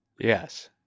yes